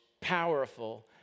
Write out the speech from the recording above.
powerful